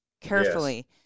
carefully